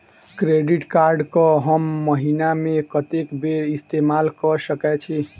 Credit card कऽ हम महीना मे कत्तेक बेर इस्तेमाल कऽ सकय छी?